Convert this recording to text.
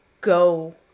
go